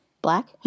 Black